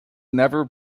never